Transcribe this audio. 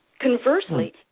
Conversely